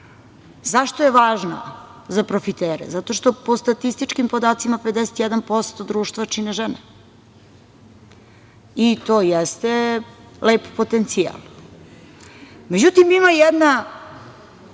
Zašto je važna za profitere? Zato što, po statističkim podacima, 51% društva čine žene, i to jeste lep potencijal. Međutim, ima jedna